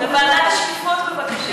לוועדת השקיפות, בבקשה.